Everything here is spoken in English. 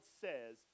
says